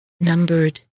numbered